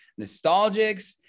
Nostalgics